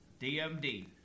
DMD